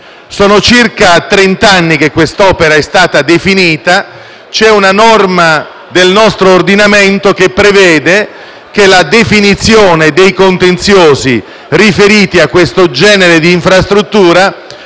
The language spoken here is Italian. Sono circa trent'anni che quest'opera è stata definita e una norma del nostro ordinamento prevede che, quanto alla definizione dei contenziosi riferiti a tale genere d'infrastruttura,